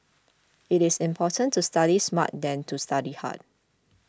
it is important to study smart than to study hard